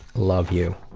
love you.